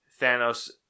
thanos